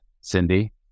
Cindy